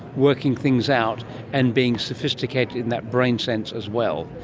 working things out and being sophisticated in that brain sense as well?